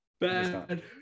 Bad